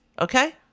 Okay